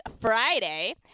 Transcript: Friday